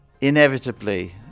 inevitably